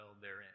therein